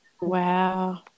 Wow